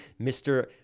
Mr